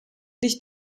nicht